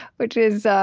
which is,